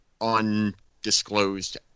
undisclosed